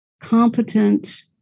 competent –